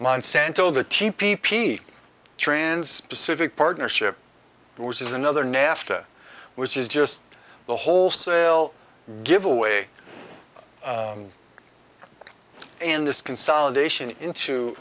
monsanto the tepee p trans pacific partnership which is another nafta which is just the wholesale giveaway and this consolidation into